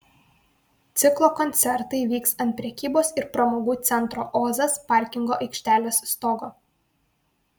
ciklo koncertai vyks ant prekybos ir pramogų centro ozas parkingo aikštelės stogo